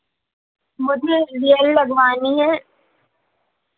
मुझे रियल लगवानी है